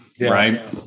Right